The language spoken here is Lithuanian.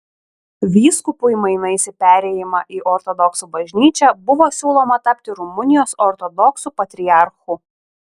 vyskupui mainais į perėjimą į ortodoksų bažnyčią buvo siūloma tapti rumunijos ortodoksų patriarchu